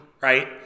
right